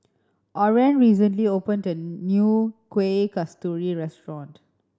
Oren recently opened a new Kuih Kasturi restaurant